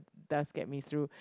does get me through